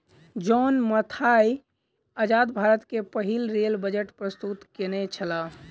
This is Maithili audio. जॉन मथाई आजाद भारत के पहिल रेल बजट प्रस्तुत केनई छला